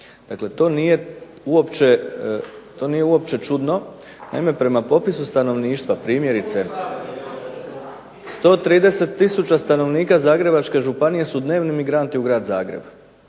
To nije uopće čudno. Naime, prema popisu stanovništva 130 tisuća stanovnika Zagrebačke županije su dnevni imigranti u grad Zagreb,